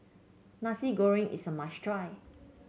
Nasi Goreng is a must try